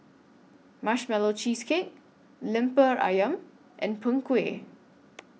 Marshmallow Cheesecake Lemper Ayam and Png Kueh